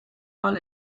mal